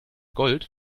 gold